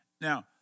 Now